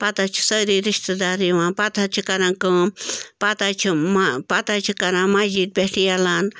پَتہٕ حظ چھِ سٲری رِشتہٕ دار یِوان پَتہٕ حظ چھِ کَران کٲم پَتہٕ حظ چھِ مَہ پَتہٕ حظ چھِ کَران مَسجِد پٮ۪ٹھ علان